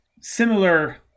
similar